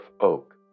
oak